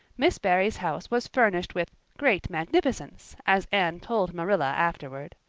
miss barry's house was furnished with great magnificence, as anne told marilla afterward.